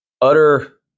utter